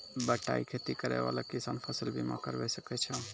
बटाई खेती करै वाला किसान फ़सल बीमा करबै सकै छौ?